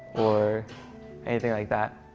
or anything like that.